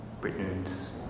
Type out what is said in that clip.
Britain's